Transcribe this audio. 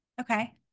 okay